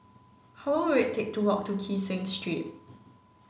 how long will it take to walk to Kee Seng Street